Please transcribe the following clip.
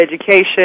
education